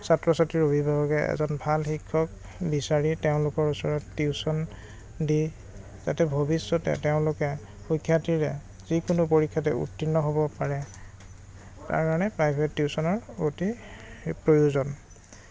ছাত্ৰ ছাত্ৰী অভিভাৱকে এজন ভাল শিক্ষক বিচাৰি তেওঁলোকৰ ওচৰত টিউচন দি যাতে ভৱিষ্যতে তেওঁলোকে যিকোনো পৰীক্ষাতে উত্তীৰ্ণ হ'ব পাৰে তাৰ কাৰণে প্ৰাইভেট টিউচনৰ অতি প্ৰয়োজন